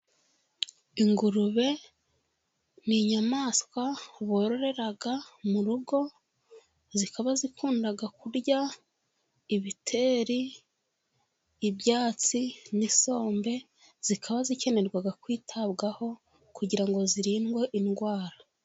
Ingurube ni inyamaswa bororera mu rugo. Zikaba zikunda kurya ibiteri, ibyatsi n'isombe. Zikaba zikenera kwitabwaho kugira ngo zirindwe indwara.